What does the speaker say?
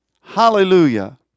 Hallelujah